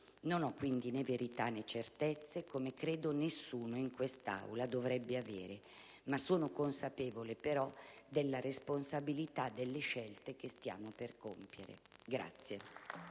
Non ho quindi né verità né certezze, come credo nessuno in quest'Aula dovrebbe avere, ma sono consapevole della responsabilità delle scelte che stiamo per compiere.